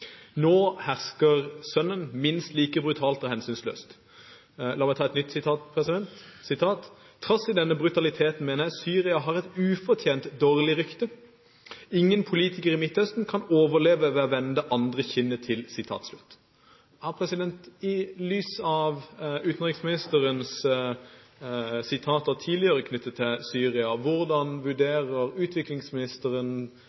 Nå hersker sønnen minst like brutalt og hensynsløst. La meg ta et nytt sitat: «Trass i denne brutaliteten, mener jeg Syria har et ufortjent dårlig ry i Vesten. Ingen politiker i Midt Østen kan overleve ved å vende det andre kinnet til.» I lys av utenriksministerens sitater tidligere knyttet til Syria: